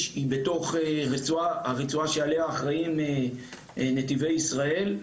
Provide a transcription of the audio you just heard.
היא בתוך רצועה עליה אחראים נתיבי ישראל.